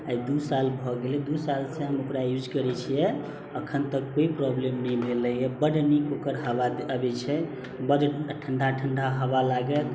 आइ दू साल भऽ गेल दू सालसँ हम ओकरा यूज करै छियै अखन तक कोइ प्रॉब्लम नहि भेलै हँ बड़ नीक ओकर हवा अभी छै बड़ ठण्डा ठण्डा हवा लागै